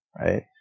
right